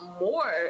more